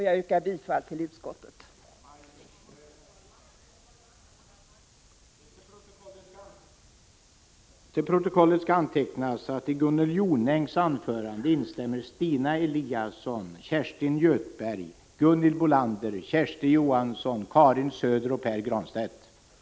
Jag yrkar bifall till utskottets hemställan.